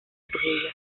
trujillo